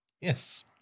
Yes